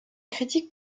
critique